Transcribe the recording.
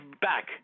back